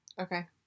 Okay